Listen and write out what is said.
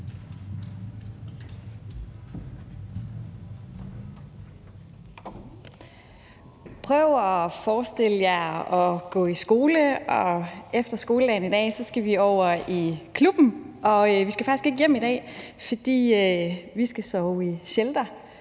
Prøv at forestille jer at gå i skole: Efter skoledagen i dag skal vi over i klubben, og vi skal faktisk ikke hjem i dag, for vi skal sove i shelter,